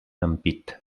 ampit